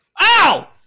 Ow